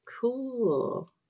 Cool